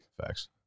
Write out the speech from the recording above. Facts